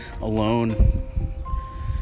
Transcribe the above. alone